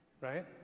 right